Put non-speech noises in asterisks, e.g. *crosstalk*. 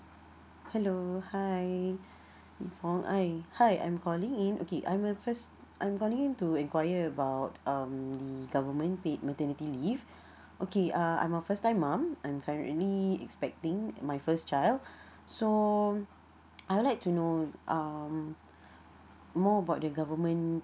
hello hi nibong I hi I'm calling in okay I'm a first I'm calling in to inquire about um the government paid maternity leave *breath* okay uh I'm a first time mom I'm currently expecting my first child *breath* so I would like to know um more about the government